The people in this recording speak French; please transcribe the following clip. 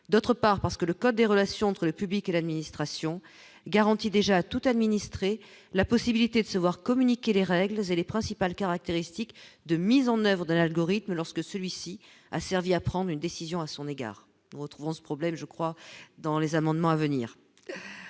d'autre part parce que le code des relations entre le public et l'administration garantit déjà tout la possibilité de se voir communiquer les règles et les principales caractéristiques de mise en oeuvre d'un algorithme lorsque celui-ci a servi à prendre une décision à son égard, nous retrouvons ce problème je crois dans les amendements à venir